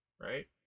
right